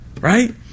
right